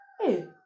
Hey